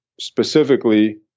specifically